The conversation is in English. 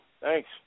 Thanks